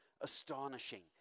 astonishing